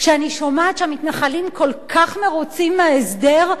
כשאני שומעת שהמתנחלים כל כך מרוצים מההסדר,